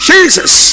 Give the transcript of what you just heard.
Jesus